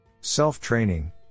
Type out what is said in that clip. Self-training